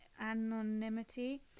anonymity